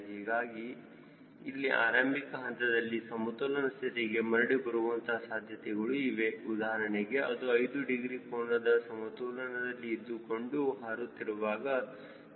ಹೀಗಾಗಿ ಇಲ್ಲಿ ಆರಂಭಿಕ ಹಂತದಲ್ಲಿ ಸಮತೋಲನ ಸ್ಥಿತಿಗೆ ಮರಳಿ ಬರುವಂತಹ ಸಾಧ್ಯತೆಗಳು ಇವೆ ಉದಾಹರಣೆಗೆ ಅದು 5 ಡಿಗ್ರಿ ಕೋನದಲ್ಲಿ ಸಮತೋಲನ ಇದ್ದುಕೊಂಡು ಹಾರುತ್ತಿರುವಾಗ 0